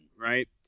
right